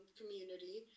community